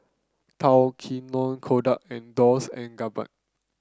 Tao Kae Noi Kodak and Dolce and